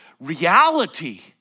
reality